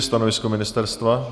Stanovisko ministerstva?